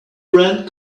rent